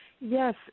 Yes